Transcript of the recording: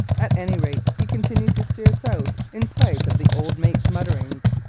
at any rate he continued to steer south in spite of the old mate's mutterings.